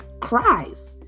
cries